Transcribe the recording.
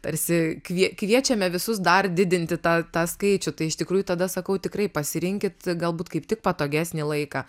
tarsi kviečiame visus dar didinti tą tą skaičių tai iš tikrųjų tada sakau tikrai pasirinkit galbūt kaip tik patogesnį laiką